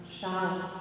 shout